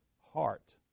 heart